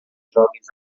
jovens